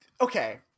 okay